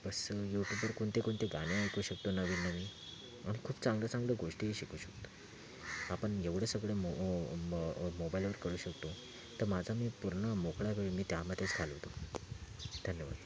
वापस यूट्यूबवर कोणतेकोणते गाणी ऐकू शकतो नवीन नवीन अन खूप चांगलं चांगलं गोष्टीही शिकू शकतो आपण एवढं सगळं मो मो मोबाईलवर करू शकतो तर माझं मी पूर्ण मोकळा वेळ मी त्यामध्येच घालवतो धन्यवाद